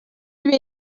lui